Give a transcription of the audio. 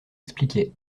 expliquait